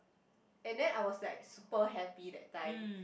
and then I was like super happy that time